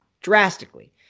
Drastically